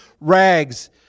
rags